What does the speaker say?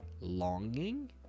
longing